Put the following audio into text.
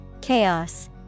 Chaos